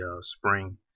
spring